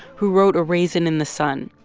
who wrote a raisin in the sun.